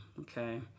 okay